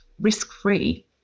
risk-free